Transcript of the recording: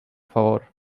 favor